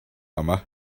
yma